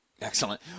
Excellent